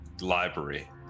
library